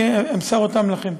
אני אמסור אותן לכם.